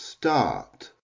start